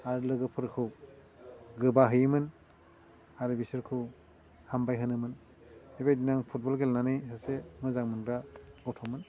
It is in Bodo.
आरो लोगोफोरखौ गोबाहैयोमोन आरो बिसोरखौ हामबाय होनोमोन बेबायदिनो आं फुटबल गेलेनानै सासे मोजां मोनग्रा गथ'मोन